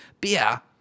beer